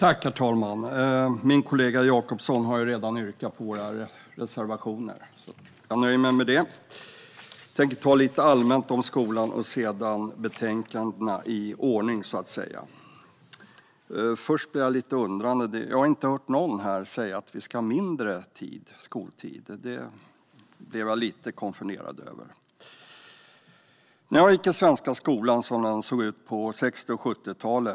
Herr talman! Min kollega Jakobsson har redan yrkat bifall till våra reservationer, så jag nöjer mig med det. Jag tänkte tala lite allmänt om skolan och sedan betänkandena i ordningsföljd. Först vill jag säga att jag är lite undrande. Jag har inte hört någon här säga att vi ska ha mindre skoltid. Det gjorde mig lite konfunderad. Jag gick i den svenska skolan på 60 och 70-talen.